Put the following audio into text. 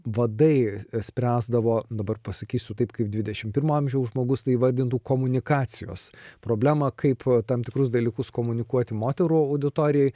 vadai spręsdavo dabar pasakysiu taip kaip dvidešimt pirmo amžiaus žmogus tai įvardintų komunikacijos problemą kaip tam tikrus dalykus komunikuoti moterų auditorijai